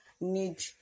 need